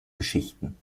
geschichten